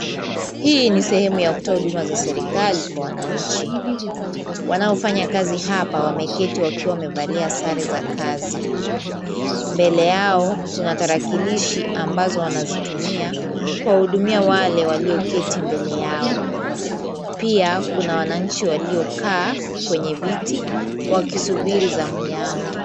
Hii ni sehemu ya kutoa huduma za serikali kwa wananchi. Wanaofanya kazi hapa wameketi wakiwa wamevalia sare za kazi. Mbele yao kuna tarakilishi ambazo wanazitumia kuwahudumia wale walioketi mbele yao. Pia kuna wananchi waliokaa kwenye viti wakisubiri zamu yao.